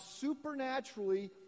supernaturally